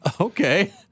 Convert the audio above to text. Okay